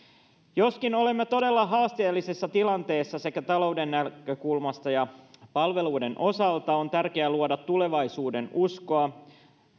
joskin olemme todella haasteellisessa tilanteessa sekä talouden näkökulmasta että palveluiden osalta on tärkeää luoda tulevaisuudenuskoa